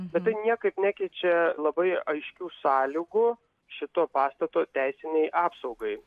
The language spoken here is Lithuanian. bet tai niekaip nekeičia labai aiškių sąlygų šito pastato teisinei apsaugai